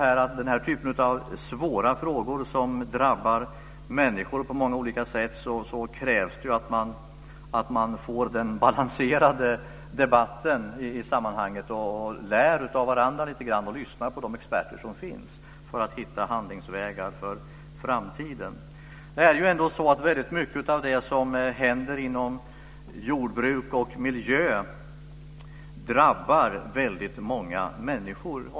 I den här typen av svåra frågor, där människor drabbas på många olika sätt, krävs det att man för en balanserad debatt, lär av varandra och lyssnar på de experter som finns för att hitta handlingsvägar för framtiden. Väldigt mycket av det som händer inom jordbruk och miljö drabbar många människor.